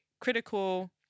critical